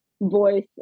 voice